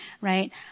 right